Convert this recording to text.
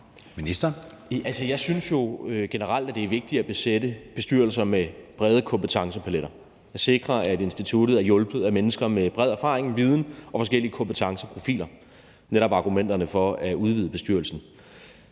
jeg synes jo generelt, at det er vigtigt at besætte bestyrelser med brede kompetencepaletter og sikre, at instituttet er hjulpet af mennesker med bred erfaring, viden og forskellige kompetenceprofiler – det er netop argumenterne for at udvide bestyrelsen.